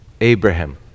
Abraham